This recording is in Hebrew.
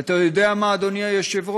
ואתה יודע מה, אדוני היושב-ראש?